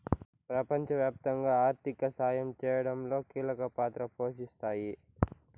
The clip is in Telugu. ప్రపంచవ్యాప్తంగా ఆర్థిక సాయం చేయడంలో కీలక పాత్ర పోషిస్తాయి